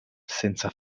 senza